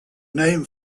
name